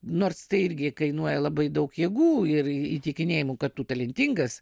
nors tai irgi kainuoja labai daug jėgų ir įtikinėjimų kad tu talentingas